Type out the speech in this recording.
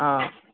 آ